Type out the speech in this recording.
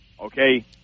okay